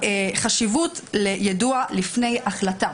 חשיבות ליידוע לפני החלטה,